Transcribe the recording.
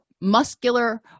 muscular